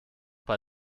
bei